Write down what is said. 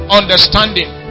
understanding